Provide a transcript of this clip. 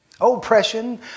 oppression